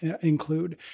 include